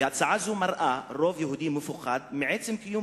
והצעה זו מראה רוב יהודי שמפוחד מעצם קיום